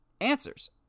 answers